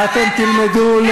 ואתם תלמדו,